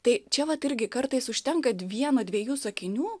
tai čia vat irgi kartais užtenka vieno dviejų sakinių